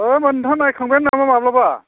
अ' होमबा नोंथाङा नायखांबाय नामा माब्लाबा